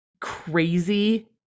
crazy